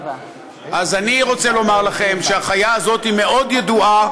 אז אני רוצה לומר לכם שהחיה הזאת היא מאוד ידועה,